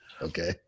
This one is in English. Okay